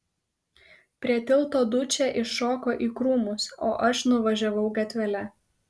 prie tilto dučė iššoko į krūmus o aš nuvažiavau gatvele